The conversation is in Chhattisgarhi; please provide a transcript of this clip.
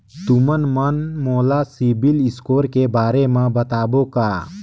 तुमन मन मोला सीबिल स्कोर के बारे म बताबो का?